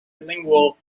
lingual